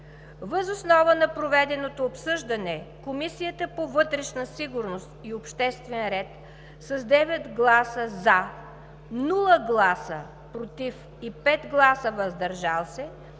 Въз основа на проведеното обсъждане Комисията по вътрешна сигурност и обществен ред с 9 гласа „за“, без „против“ и 5 гласа „въздържал се“